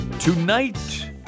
tonight